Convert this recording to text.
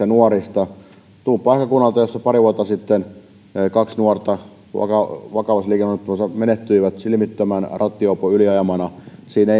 nuorista tulen paikkakunnalta jossa pari vuotta sitten kaksi nuorta vakavassa liikenneonnettomuudessa menehtyi silmittömän rattijuopon yliajamana siinä